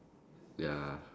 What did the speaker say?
ya